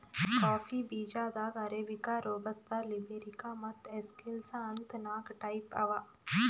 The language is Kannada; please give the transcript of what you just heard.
ಕಾಫಿ ಬೀಜಾದಾಗ್ ಅರೇಬಿಕಾ, ರೋಬಸ್ತಾ, ಲಿಬೆರಿಕಾ ಮತ್ತ್ ಎಸ್ಕೆಲ್ಸಾ ಅಂತ್ ನಾಕ್ ಟೈಪ್ ಅವಾ